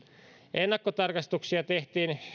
ennakkotarkastuksia tehtiin